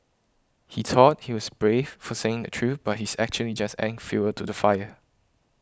he thought he was brave for saying the truth but he's actually just adding fuel to the fire